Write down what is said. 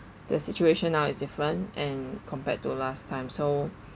the situation now is different and compared to last time so